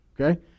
okay